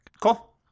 Cool